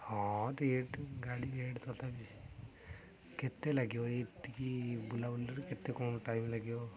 ହଁ ଟିକେ ଗାଡ଼ି ରେଟ୍ ତଥାବି କେତେ ଲାଗିବ ଏତିକି ବୁଲାବୁଲିରେ କେତେ କ'ଣ ଟାଇମ୍ ଲାଗିବ